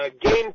Game